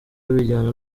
bijyana